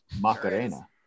Macarena